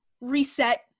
reset